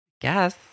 Guess